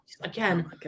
Again